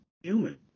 human